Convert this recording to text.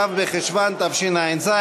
ו' בחשוון התשע"ז,